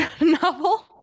novel